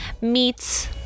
meets